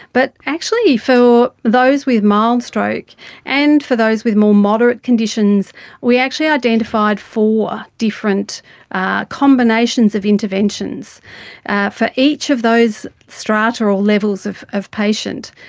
but actually for those with mild stroke and for those with more moderate conditions we actually identified four different combinations of interventions for each of those strata or levels of of patient.